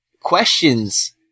questions